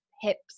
hips